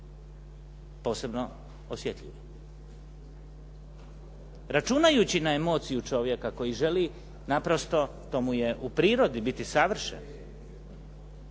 posebno osjetljivi. Računajući na emociju čovjeka koji želi naprosto, to mu je u prirodi biti savršen,